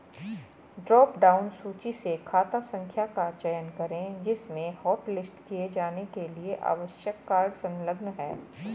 drop down सूची से खाता संख्या का चयन करें जिसमें हॉटलिस्ट किए जाने के लिए आवश्यक कार्ड संलग्न है